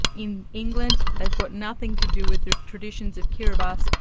in england, they've got nothing to do with the traditions of kiribati,